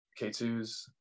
k2s